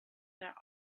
that